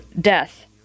death